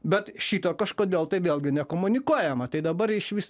bet šito kažkodėl tai vėlgi nekomunikuojama tai dabar išvis